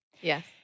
Yes